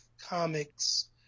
comics